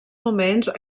moments